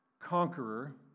conqueror